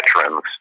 veterans